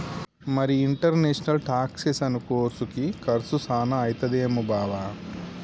మరి ఇంటర్నేషనల్ టాక్సెసను కోర్సుకి కర్సు సాన అయితదేమో బావా